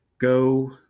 go